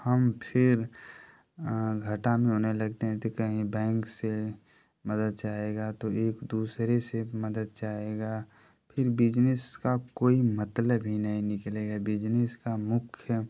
हम फिर घाटा में होने लगते हैं तो कहीं बैंक से मदद चाहेगा तो एक दूसरे से मदद चाहेगा फिर बिजनेस का कोई मतलब ही नहीं निकलेगा बिजनेस का मुख्य